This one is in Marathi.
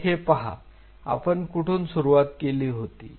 तर हे पहा आपण कुठून सुरुवात केली होती